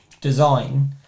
Design